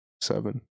Seven